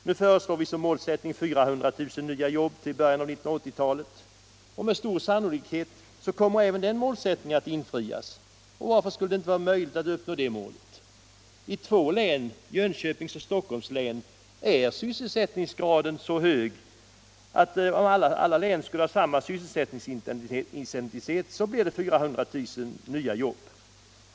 Nu föreslår vi som målsättning 400 000 nya jobb till i början av 1980-talet. Med stor sannolikhet kommer även denna målsättning att infrias. Och varför skulle det inte vara möjligt att uppnå det målet? I två län, Jönköpings och Stockholms län, är sysselsättningsgraden så hög att om alla län hade denna sysselsättningsintensitet skulle det bli 400 000 nya jobb.